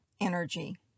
energy